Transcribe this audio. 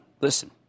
listen